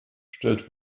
stellt